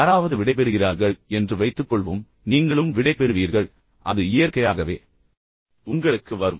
யாராவது விடைபெறுகிறார்கள் என்று வைத்துக்கொள்வோம் நீங்களும் விடைபெறுவீர்கள் அது இயற்கையாகவே உங்களுக்கு வரும்